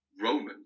roman